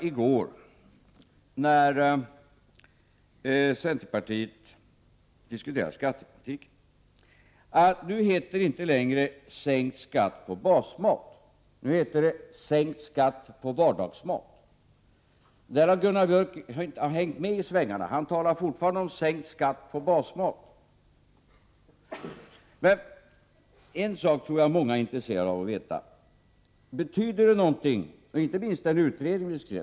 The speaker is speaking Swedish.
I går, när centerpartiet diskuterade skattepolitiken, fick vi höra att det numera inte heter sänkt skatt på basmat. Nu heter det sänkt skatt på vardagsmat. Där har Gunnar Björk inte hängt med i svängarna. Han talar fortfarande om sänkt skatt på basmat. En sak tror jag att många är intresserade av att veta, inte minst inom momsutredningen.